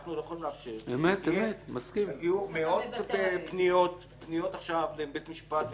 שאנחנו לא יכולים לאפשר שיהיו מאות פניות עכשיו לבית משפט ולפרקליטות,